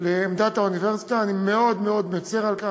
לעמדת האוניברסיטה, אני מאוד מאוד מצר על כך,